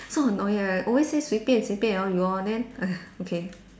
so annoying lah always say 随便随便 orh you all then okay